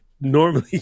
normally